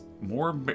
more